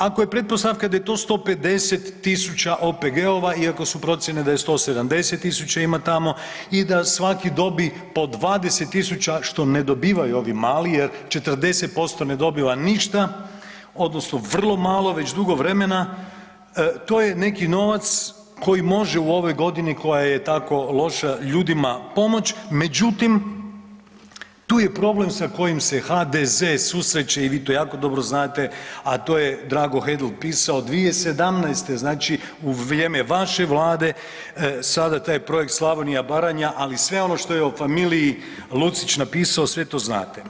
Ako je pretpostavka da je to 150.000 OPG-ova i ako su procjene da je 170.000 ima tamo i da svaki dobi po 20.000 što ne dobivaju ovi mali, jer 40% ne dobiva ništa odnosno vrlo malo već dugo vremena to je neki novac koji može u ovoj godini koja je tako loša ljudima pomoći, međutim tu je problem sa kojim se HDZ susreće i vi to jako dobro znate, a to je Drago Hedl pisao 2017. znači u vrijeme vaše Vlade sada taj projekt Slavonija, Baranja, ali sve ono što je o familiji Lucić napisao sve to znate.